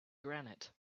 granite